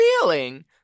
feeling